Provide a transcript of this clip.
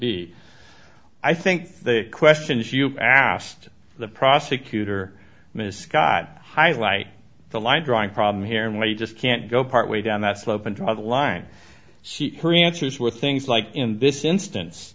be i think the questions you asked the prosecutor misguide highlight the line drawing problem here and we just can't go part way down that slope and draw the line she answers with things like in this instance